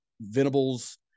Venables